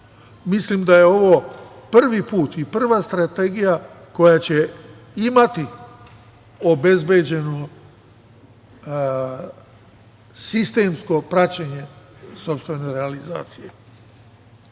Mislim da je ovo prvi put i prva strategija koja će imati obezbeđeno sistemsko praćenje sopstvene realizacije.